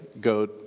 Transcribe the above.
go